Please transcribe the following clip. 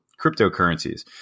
cryptocurrencies